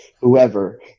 whoever